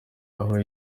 aho